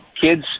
kids